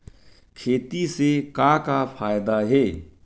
खेती से का का फ़ायदा हे?